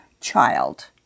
child